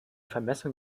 vermessung